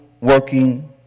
working